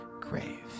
grave